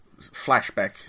flashback